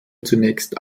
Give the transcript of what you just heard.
zunächst